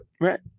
right